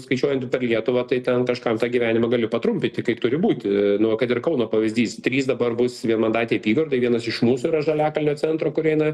skaičiuojant per lietuvą tai ten kažkam tą gyvenimą gali patrumpinti kaip turi būti kad ir kauno pavyzdys trys dabar bus vienmandatėj apygardoj vienas iš mūsų žaliakalnio centro kur eina